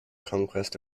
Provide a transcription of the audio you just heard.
conquest